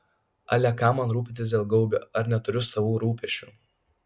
ale kam man rūpintis dėl gaubio ar neturiu savų rūpesčių